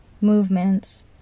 movements